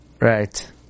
Right